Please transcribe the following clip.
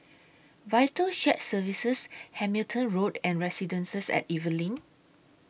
Vital Shared Services Hamilton Road and Residences At Evelyn